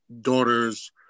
daughter's